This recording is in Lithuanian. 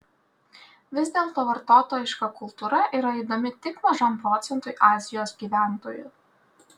vis dėlto vartotojiška kultūra yra įdomi tik mažam procentui azijos gyventojų